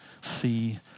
see